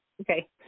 Okay